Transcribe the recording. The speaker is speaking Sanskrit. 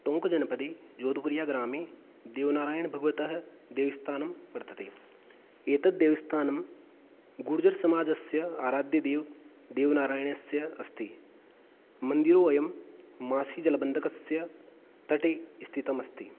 टोङ्क्जनपदे जोधपुरीयग्रामे देवनारायणभगवतः देवस्थानं वर्तते एतत् देवस्थानं गुर्जरसमाजस्य आराध्यदेवदेवनारायणस्य अस्ति मन्दिरोऽयं मासिजलबन्धकस्य तटे स्थितमस्ति